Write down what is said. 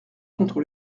contre